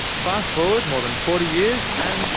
fast forward more than forty years, and